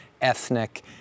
ethnic